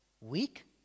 weak